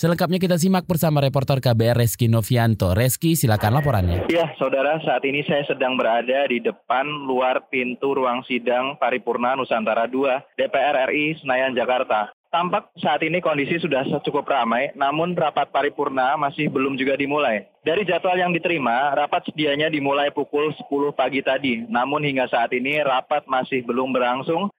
Selengkapnya kita simak bersama reporter KBR Reski Novianto. Reski, silakan laporannya. Iya, saudara, saat ini saya sedang berada di depan luar pintu ruang sidang Paripurna Nusantara II, DPR RI Senayan, Jakarta. Tampak saat ini kondisi sudah cukup ramai, namun rapat Paripurna masih belum juga dimulai. Dari jadwal yang diterima, rapat sedianya dimulai pukul 10 pagi tadi. Namun hingga saat ini rapat masih belum berlangsung.